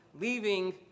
leaving